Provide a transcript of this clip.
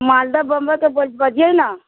मालदह बम्बइ के बजियौ न